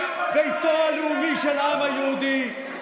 ביתו הלאומי של העם היהודי,